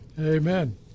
Amen